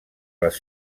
les